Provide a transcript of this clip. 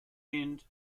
end